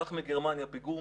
קח מגרמניה פיגום